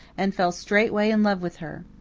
and fell straightway in love with her.